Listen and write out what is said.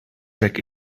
check